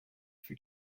for